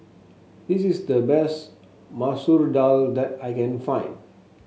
this is the best Masoor Dal that I can find